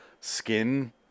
skin